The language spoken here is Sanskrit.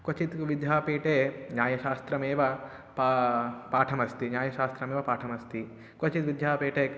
क्वचित् विद्यापीठे न्यायशास्त्रमेव पा पाठमस्ति न्यायशास्त्रमेव पाठमस्ति क्वचिद्विद्यापीठे